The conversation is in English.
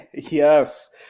Yes